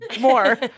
more